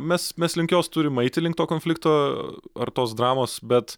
mes mes link jos turim eiti link to konflikto ar tos dramos bet